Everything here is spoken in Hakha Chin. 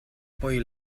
poi